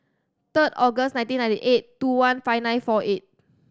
third August nineteen ninety eight two one five nine four eight